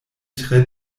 tre